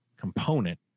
component